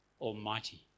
Almighty